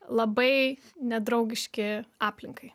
labai nedraugiški aplinkai